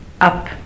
up